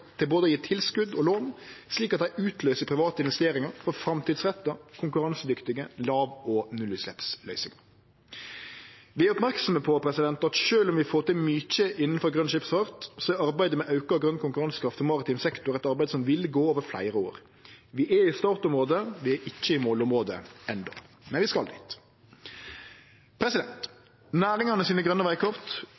til både å gje tilskot og lån, slik at dei utløyser private investeringar for framtidsretta og konkurransedyktige låg- og nullutsleppsløysingar. Vi er merksame på at sjølv om vi får til mykje innanfor grøn skipsfart, er arbeidet med auka grøn konkurransekraft i maritim sektor eit arbeid som vil gå over fleire år. Vi er i startområdet. Vi er ikkje i målområdet enno, men vi skal dit.